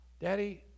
Daddy